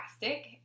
fantastic